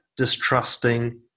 distrusting